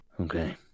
Okay